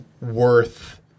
worth